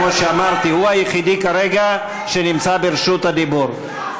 כמו שאמרתי, הוא היחידי כרגע שנמצא ברשות דיבור.